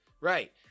right